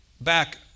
back